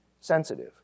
sensitive